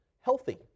healthy